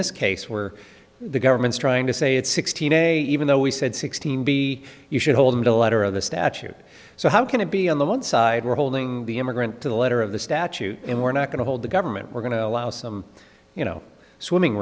this case where the government's trying to say it's sixteen a even though we said sixteen b you should hold a letter of the statute so how can it be on the one side we're holding the immigrant to the letter of the statute and we're not going to hold the government we're going to allow some you know swimming